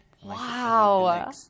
Wow